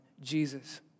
Jesus